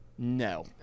No